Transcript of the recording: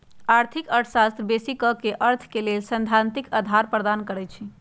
आर्थिक अर्थशास्त्र बेशी क अर्थ के लेल सैद्धांतिक अधार प्रदान करई छै